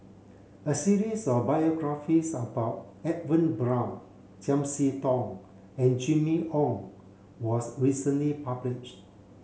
a series of biographies about Edwin Brown Chiam See Tong and Jimmy Ong was recently published